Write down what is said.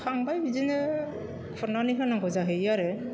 खांबाय बिदिनो खुरनानै होनांगौ जाहैयो आरो